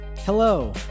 Hello